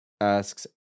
asks